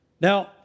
Now